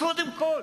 קודם כול.